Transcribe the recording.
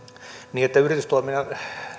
niin että yritystoiminnan